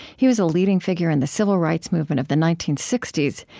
he was a leading figure in the civil rights movement of the nineteen sixty s.